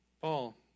Paul